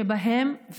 שבהם,